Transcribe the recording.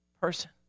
person